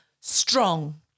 Strong